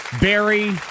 Barry